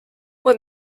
what